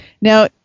Now